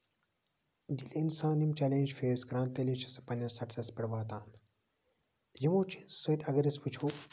ییٚلہِ اِنسان یِم چیلینجٔز فیس کران تیٚلے چھُ سُہ پَنٕنہِ سَکسیس پٮ۪ٹھ واتان یِمَو چیٖزَو سۭتۍ اَگر أسۍ وٕچھو